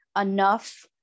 enough